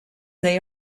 they